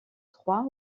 trois